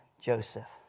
Joseph